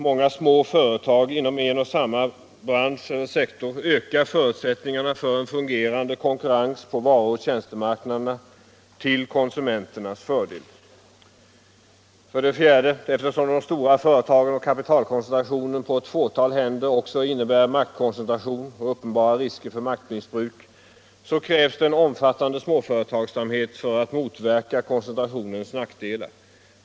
Många små företag inom en och samma bransch eller sektor ökar förutsättningarna för en fungerande konkurrens på varuoch tjänstemarknaderna till konsumenternas fördel. 4. Eftersom de stora företagen och kapitalkoncentrationen på ett fåtal händer också innebär maktkoncentration och uppenbara risker för maktmissbruk, så krävs det en omfattande småföretagsamhet för att motverka koncentrationens nackdelar.